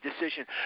decision